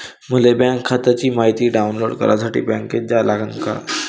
मले बँक खात्याची मायती डाऊनलोड करासाठी बँकेत जा लागन का?